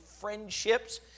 friendships